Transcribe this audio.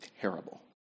terrible